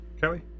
kelly